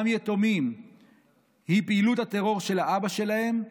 יתומים הוא פעילות הטרור של אבא שלהם,